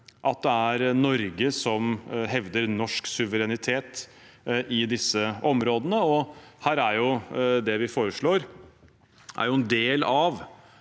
at det er Norge som hevder norsk suverenitet i disse områdene. Det vi foreslår, er en del av